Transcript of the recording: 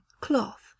Cloth